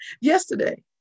yesterday